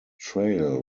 trail